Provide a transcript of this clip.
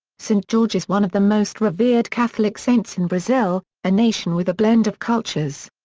saint george is one of the most revered catholic saints in brazil, a nation with a blend of cultures.